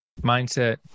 mindset